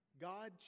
God